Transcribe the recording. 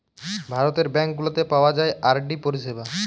ভারতের ব্যাঙ্ক গুলাতে পাওয়া যায় আর.ডি পরিষেবা